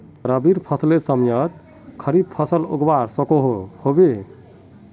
रवि फसलेर समयेत खरीफ फसल उगवार सकोहो होबे?